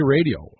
Radio